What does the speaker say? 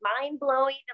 mind-blowing